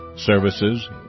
services